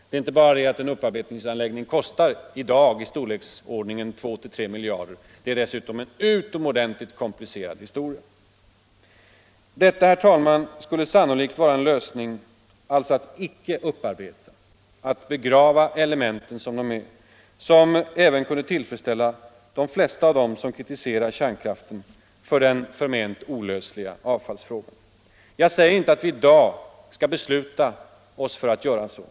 Det är inte bara det att en upparbetningsanläggning i dag kostar 2 å 3 miljarder, utan den är dessutom en utomordentligt komplicerad historia. Det skulle alltså, herr talman, vara en lösning att icke upparbeta utan begrava elementen som de är, en lösning som även kunde tillfredsställa de flesta av dem som kritiserar kärnkraften på grund av den förment olösliga avfallsfrågan. Jag säger inte att vi i dag skall besluta oss för att göra så.